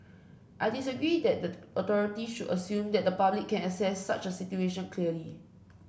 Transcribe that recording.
I disagree that the authorities should assume that the public can assess such a situation clearly